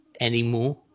anymore